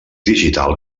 digital